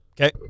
Okay